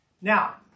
Now